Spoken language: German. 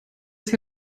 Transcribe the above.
hier